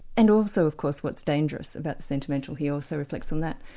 and also of course, what's dangerous about the sentimental he also reflects on that.